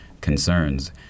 concerns